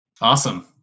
Awesome